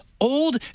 old